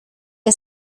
que